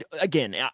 again